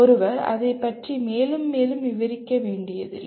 ஒருவர் அதைப் பற்றி மேலும் மேலும் விவரிக்க வேண்டியதில்லை